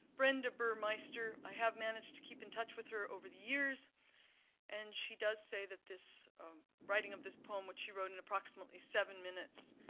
brenda burmeister. i have managed to keep in touch with her over the years and she does say that this writing of this poem, which she wrote in approximately seven minutes,